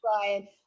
Brian